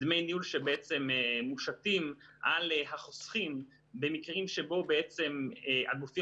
דמי ניהול שמושתים על החוסכים במקרים שבהם הגופים